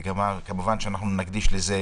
כמובן שאנחנו נקדיש לזה